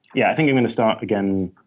yeah, i think i'm going to start again